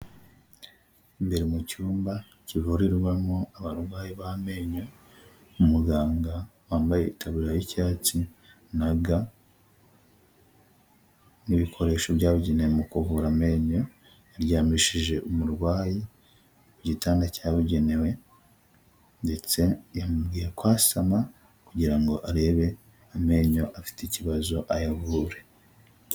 Imbere mu cyumba kivurirwamo abarwayi b'amenyo, umuganga wambaye tabu y'icyatsi na ga n'ibikoresho byabugenewe mu kuvura amenyo yaryamishije umurwayi igitanda cyabugenewe ndetse yamubwiye kwasama kugirango ngo arebe amenyo afite ikibazo ayavure.